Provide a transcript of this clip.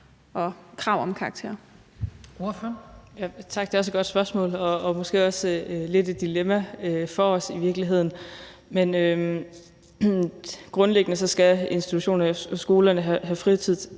og krav om karakterer.